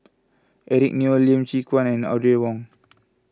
Eric Neo Lim Chwee Chian and Audrey Wong